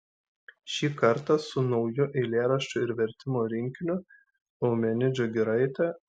šį kartą su nauju eilėraščių ir vertimų rinkiniu eumenidžių giraitė